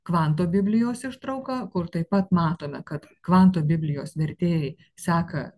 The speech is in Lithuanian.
kvanto biblijos ištrauką kur taip pat matome kad kvanto biblijos vertėjai seka